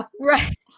Right